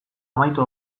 amaitu